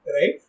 right